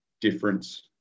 difference